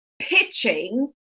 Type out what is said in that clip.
pitching